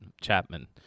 Chapman